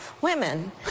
women